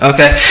Okay